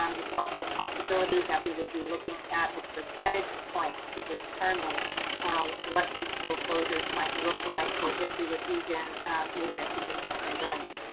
um it's also a possibility that we would be looking at a percentage point to determine what the school closures might look like, or if we would even move into distance learning.